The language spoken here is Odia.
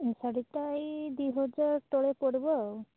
ଏଇ ଶାଢ଼ୀଟା ଏଇ ଦୁଇ ହଜାର୍ ତଳେ ପଡ଼ିବ